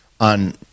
on